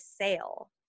sale